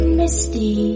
misty